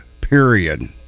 period